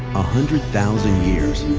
hundred thousand years,